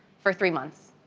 for three months.